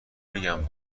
بگم